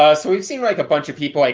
ah so we've seen like a bunch of people, like